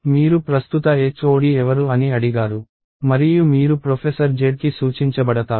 మీరు ప్రస్తుత HOD ఎవరు అని అడిగారు మరియు మీరు ప్రొఫెసర్ Zకి సూచించబడతారు